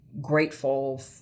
grateful